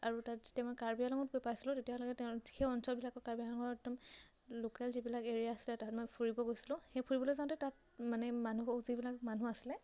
আৰু তাত যেতিয়া মই কাৰ্বি আংলঙত গৈ পাইছিলোঁ তেতিয়াহ'লে তেওঁ সেই অঞ্চলবিলাকৰ কাৰ্বি আংলঙৰ একদম লোকেল যিবিলাক এৰিয়া আছে তাত মই ফুৰিব গৈছিলোঁ সেই ফুৰিবলৈ যাওঁতে তাত মানে মানুহ যিবিলাক মানুহ আছিলে